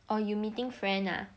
or you meeting friends ah